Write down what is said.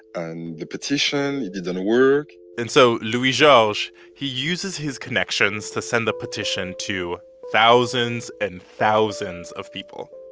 and the petition didn't work and so louis-georges, he uses his connections to send the petition to thousands and thousands of people